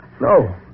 No